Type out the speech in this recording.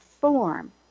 form